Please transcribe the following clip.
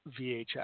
VHS